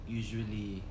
usually